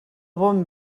bon